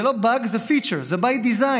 זה לא באג, זה פיצ'ר, זה by design.